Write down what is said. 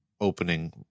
opening